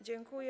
Dziękuję.